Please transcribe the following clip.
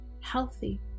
Healthy